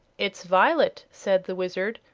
it's violet, said the wizard,